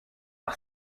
par